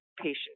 patient